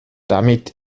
damit